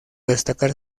destacar